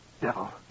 devil